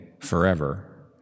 forever